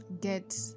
get